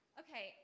okay